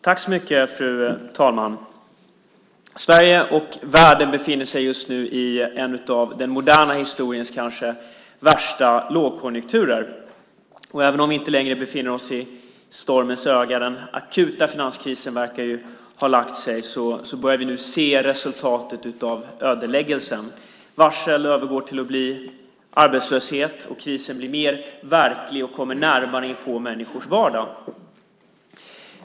Fru talman! Sverige och världen befinner sig just nu i en av den moderna historiens kanske värsta lågkonjunkturer. Även om vi inte längre befinner oss i stormens öga - den akuta finanskrisen verkar ju ha lagt sig - börjar vi nu se resultatet av ödeläggelsen. Varsel övergår till att bli arbetslöshet, och krisen blir mer verklig och kommer närmare inpå människors vardag.